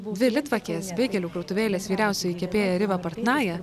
dvi litvakės beigelių krautuvėlės vyriausioji kepėja riva partnaja